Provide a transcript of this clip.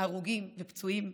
הרוגים ופצועים,